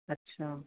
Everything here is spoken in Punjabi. ਅੱਛਾ